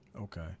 okay